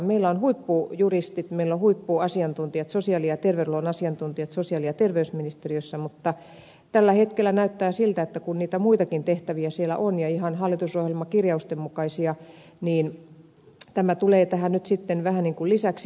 meillä on huippujuristit meillä on huippuasiantuntijat sosiaali ja terveydenhuollon asiantuntijat sosiaali ja terveysministeriössä mutta tällä hetkellä näyttää siltä että kun niitä muitakin tehtäviä siellä on ja ihan hallitusohjelmakirjausten mukaisia niin tämä tulee tähän nyt sitten vähän niin kuin lisäksi